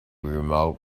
remote